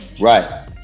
Right